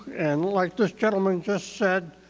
and like this gentleman just said,